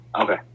Okay